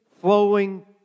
flowing